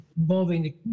involving